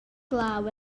glaw